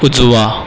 उजवा